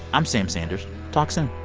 i'm sam sanders talk soon